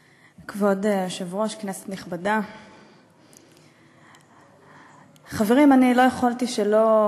היושב-ראש, כנסת נכבדה, חברים, אני לא יכולתי שלא